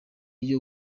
iyo